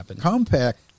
compact